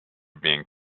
being